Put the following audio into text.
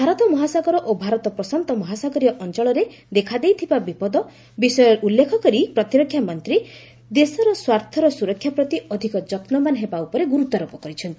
ଭାରତ ମହାସାଗର ଓ ଭାରତ ପ୍ରଶାନ୍ତ ମହାସାଗରୀୟ ଅଞ୍ଚଳରେ ଦେଖାଦେଇଥିବା ବିପଦ ବିଷୟ ଉଲ୍ଲେଖ କରି ପ୍ରତିରକ୍ଷାମନ୍ତ୍ରୀ ଦେଶର ସ୍ୱାର୍ଥର ସୁରକ୍ଷା ପ୍ରତି ଅଧିକ ଯତ୍ନବାନ ହେବା ଉପରେ ଗୁରୁତ୍ୱାରୋପ କରିଛନ୍ତି